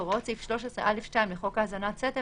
והוראות סעיף 13(א)(2) לחוק האזנת סתר,